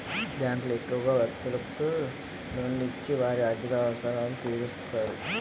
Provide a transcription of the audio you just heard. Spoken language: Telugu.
బ్యాంకులు ఎక్కువగా వ్యక్తులకు లోన్లు ఇచ్చి వారి ఆర్థిక అవసరాలు తీరుస్తాయి